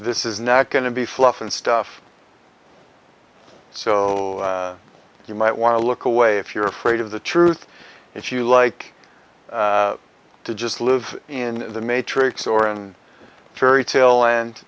this is not going to be fluff and stuff so you might want to look away if you're afraid of the truth if you like to just live in the matrix or in fairy tale and